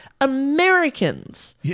Americans